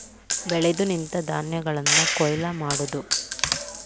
ಬೆಳೆದು ನಿಂತ ಧಾನ್ಯಗಳನ್ನ ಕೊಯ್ಲ ಮಾಡುದು